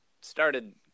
started –